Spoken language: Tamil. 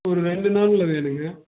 ஒரு ரெண்டு நாளில் வேணுங்க